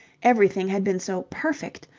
everything had been so perfect,